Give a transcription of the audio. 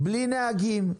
בלי נהגים,